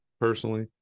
personally